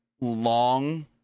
long